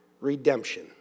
redemption